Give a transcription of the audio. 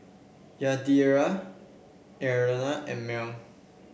Yadira Eola and Mal